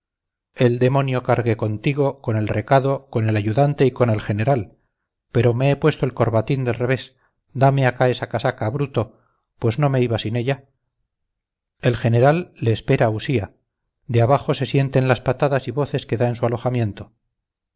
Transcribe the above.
el demonio cargue contigo con el recado con el ayudante y con el general pero me he puesto el corbatín del revés dame acá esa casaca bruto pues no me iba sin ella el general le espera a usía de abajo se sienten las patadas y voces que da en su alojamiento